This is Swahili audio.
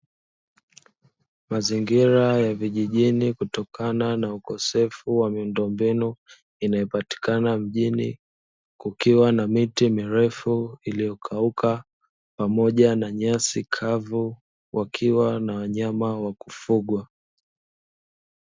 Mazingira ya vijijini kutokana na ukosefu wa miundo mbinu inayo patikana mjini, kukiwa na miti mirefu iliyo kauka, pamoja na nyasi kavu wakiwa na wanyama na wakufugwa.